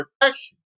protection